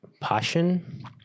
passion